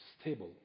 stable